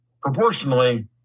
proportionally